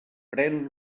pren